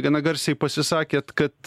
gana garsiai pasisakėt kad